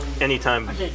Anytime